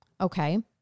Okay